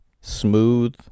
smooth